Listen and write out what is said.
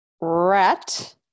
rat